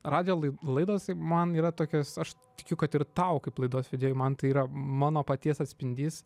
radijo laid laidos man yra tokios aš tikiu kad ir tau kaip laidos vedėjui man tai yra mano paties atspindys